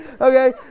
Okay